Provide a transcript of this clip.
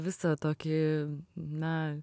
visą tokį na